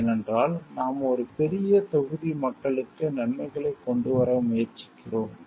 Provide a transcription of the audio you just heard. ஏனென்றால் நாம் ஒரு பெரிய தொகுதி மக்களுக்கு நன்மைகளை கொண்டு வர முயற்சிக்கிறோம்